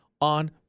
on